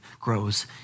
grows